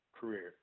career